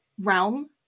realm